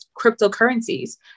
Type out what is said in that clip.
cryptocurrencies